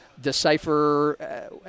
Decipher